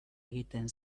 egiten